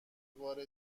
بار